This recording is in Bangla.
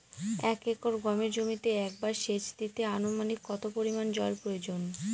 এক একর গমের জমিতে একবার শেচ দিতে অনুমানিক কত পরিমান জল প্রয়োজন?